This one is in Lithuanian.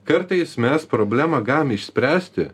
kartais mes problemą galim išspręsti